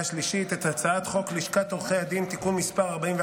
השלישית את הצעת חוק לשכת עורכי הדין (תיקון מס' 41,